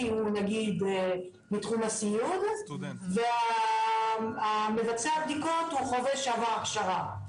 הוא נגיד מתחום הסיעוד ומבצע הבדיקות הוא חובש שעבר הכשרה,